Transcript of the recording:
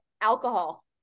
alcohol